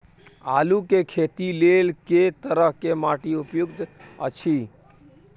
आलू के खेती लेल के तरह के माटी उपयुक्त अछि?